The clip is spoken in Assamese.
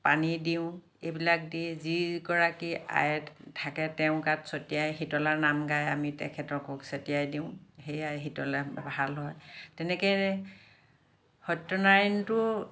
পানী দিওঁ এইবিলাক দি যি গৰাকী আই থাকে তেওঁৰ গাত ছটিয়াই শীতলাৰ নাম গায় আমি তেখেতকো ছটিয়াই দিওঁ সেইয়ে আই শীতলা ভাল হয় তেনেকে সত্য নাৰায়ণটো